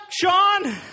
Sean